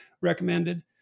recommended